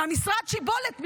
מהמשרד שבלת,